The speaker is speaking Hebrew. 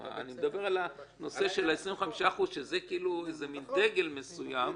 אני מדבר על הנושא של ה-25%, שזה מין דגל מסוים.